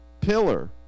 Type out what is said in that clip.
pillar